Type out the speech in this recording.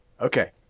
Okay